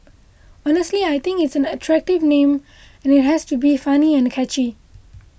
honestly I think it's an attractive name and it has to be funny and catchy